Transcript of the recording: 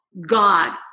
God